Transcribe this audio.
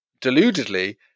deludedly